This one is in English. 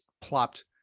plopped